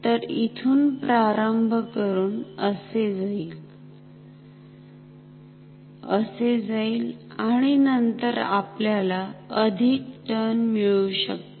तर इथून प्रारंभ करून हे असे जाईलअसे येईलआणि नंतर आपल्याला अधिक टर्न मिळू शकतात